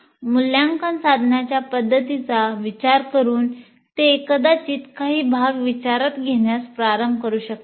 ' मूल्यांकन साधनाच्या पद्धतीचा विचार करून ते कदाचित काही भाग विचारात घेण्यास प्रारंभ करू शकतात